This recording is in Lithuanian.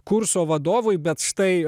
kurso vadovui bet štai